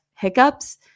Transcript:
hiccups